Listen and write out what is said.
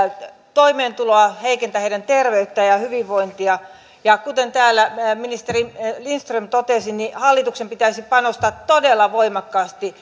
toimeentuloa heikentää heidän terveyttään ja hyvinvointiaan ja kuten täällä ministeri lindström totesi niin hallituksen pitäisi panostaa todella voimakkaasti